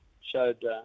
showed